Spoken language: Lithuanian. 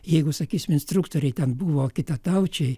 jeigu sakysim instruktoriai ten buvo kitataučiai